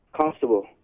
Constable